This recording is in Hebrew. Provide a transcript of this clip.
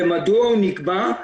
ולמה הוא נקבע?